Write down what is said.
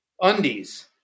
undies